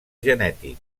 genètic